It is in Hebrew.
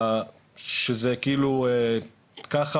שזה כאילו ככה,